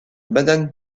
banane